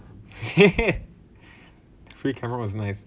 free camera was nice